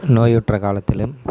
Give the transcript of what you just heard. நோயுற்ற காலத்திலும்